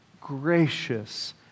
gracious